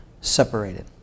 separated